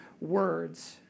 words